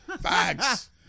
Facts